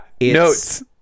Notes